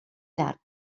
llarg